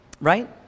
Right